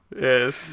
Yes